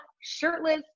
shirtless